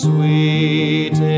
Sweet